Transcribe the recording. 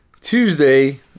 Tuesday